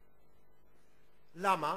למה?